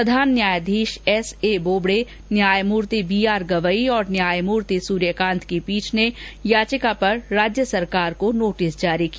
प्रधान न्यायाधीश S A Bobde न्यायमूर्ति B R Gavai और न्यायमूर्ति सूर्यकांत की पीठ ने याचिका पर राज्य सरकार को नोटिस जारी किया